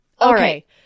okay